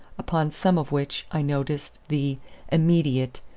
upon some of which i noticed the immediate,